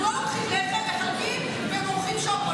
אנחנו לא לוקחים לחם, מחלקים ומורחים שוקולד.